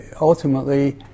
ultimately